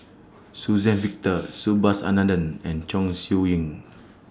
Suzann Victor Subhas Anandan and Chong Siew Ying